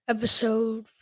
Episode